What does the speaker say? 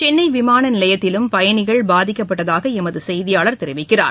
சென்னைவிமானநிலையத்திலும் பயணிகள் பாதிக்கப்பட்டதாகளமதுசெய்தியாளர் தெரிவிக்கிறார்